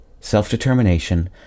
self-determination